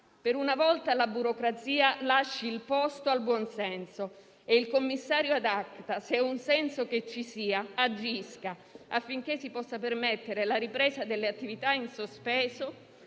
Per una volta, la burocrazia lasci il posto al buon senso e il commissario *ad acta*, se ha un senso che ci sia, agisca, affinché si possa permettere la ripresa delle attività in sospeso